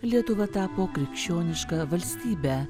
lietuva tapo krikščioniška valstybe